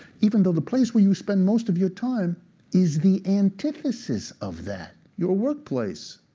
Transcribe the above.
even though the place where you spend most of your time is the antithesis of that your workplace.